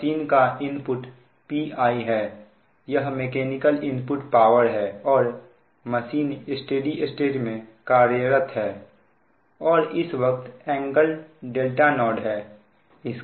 machine का input Pi है यह मेकैनिकल इनपुट पावर है और मशीन स्टेडी स्टेट में कार्यरत है और इस वक्त एंगल δ0 है